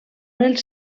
els